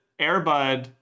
Airbud